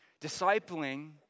Discipling